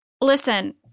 Listen